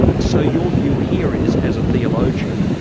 so your view here is, as a theologian,